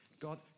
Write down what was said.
God